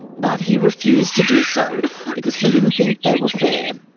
but he refused to do so because he didn't think they were fair.